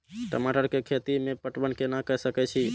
टमाटर कै खैती में पटवन कैना क सके छी?